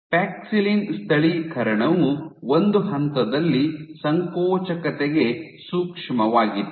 paxillin ಸ್ಥಳೀಕರಣವು ಒಂದು ಹಂತದಲ್ಲಿ ಸಂಕೋಚಕತೆಗೆ ಸೂಕ್ಷ್ಮವಾಗಿತ್ತು